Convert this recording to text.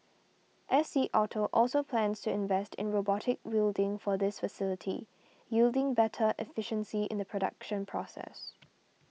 S C Auto also plans to invest in robotic welding for this facility yielding better efficiency in the production process